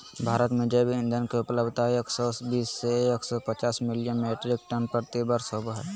भारत में जैव ईंधन के उपलब्धता एक सौ बीस से एक सौ पचास मिलियन मिट्रिक टन प्रति वर्ष होबो हई